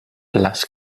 las